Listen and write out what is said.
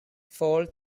fall